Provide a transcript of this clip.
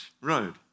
road